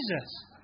Jesus